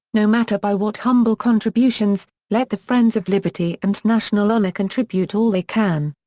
no matter by what humble contributions, let the friends of liberty and national honor contribute all they can.